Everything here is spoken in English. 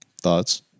Thoughts